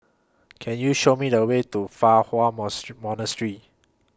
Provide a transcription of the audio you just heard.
Can YOU Show Me The Way to Fa Hua Monastery